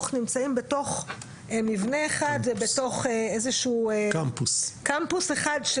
נמצאים בתוך מבנה אחד ובתוך איזה קמפוס אחד.